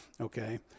Okay